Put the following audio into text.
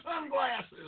sunglasses